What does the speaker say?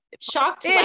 shocked